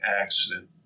accident